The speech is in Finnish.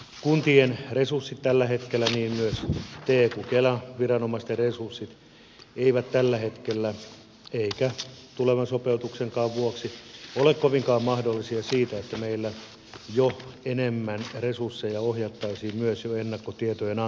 kuntien resurssit myöskään niin te kuin kela viranomaistenkaan resurssit eivät tällä hetkellä eivätkä tulevan sopeutuksenkaan vuoksi ole kovinkaan mahdollisia siihen että meillä enemmän resursseja ohjattaisiin myös jo ennakkotietojen antamiseen